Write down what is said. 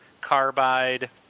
Carbide